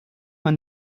man